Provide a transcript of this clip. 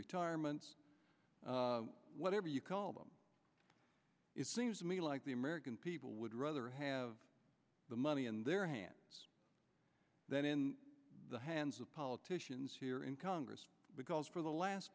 retirement whatever you call them it seems to me like the american people would rather have the money in their hands then in the hands of politicians here in congress because the last